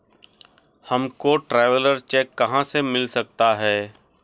हमको traveller cheque कहाँ से मिल सकता है?